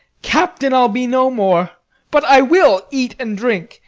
captain i'll be no more but i will eat, and drink,